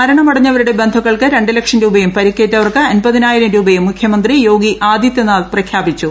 മരണമടഞ്ഞവരുടെ ബന്ധുക്കൾക്ക് രണ്ട് ലക്ഷം രൂപയും പരിക്കേറ്റവർക്ക് അൻപതിനായിരം രൂപയും മുഖ്യമന്ത്രി യോഗി ആദിത്യനാഥ് പ്രഖ്യാപിച്ചു